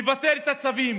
לבטל את הצווים